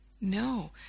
No